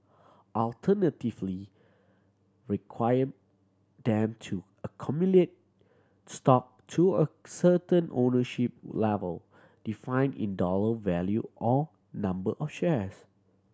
alternatively require them to accumulate stock to a certain ownership level defined in dollar value or number of shares